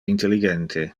intelligente